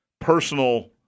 personal